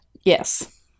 Yes